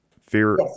Fear